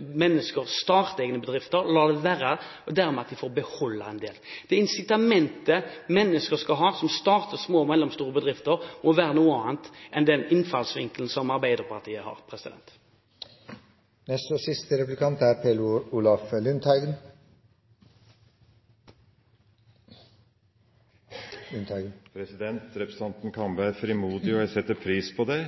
mennesker starter egne bedrifter, eller lar det være og dermed får beholde en del. Det er incitamentet mennesker som starter små og mellomstore bedrifter, skal ha, og er noe annet enn den innfallsvinkelen som Arbeiderpartiet har. Representanten Kambe er frimodig, og jeg setter pris på det.